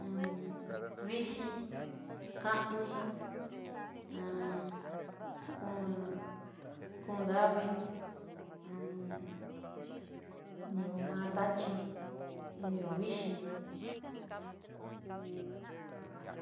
Han vixhii, kanii, kón kón davii oo ma taxhii ñoo vixhii.